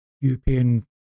European